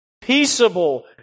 peaceable